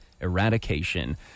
eradication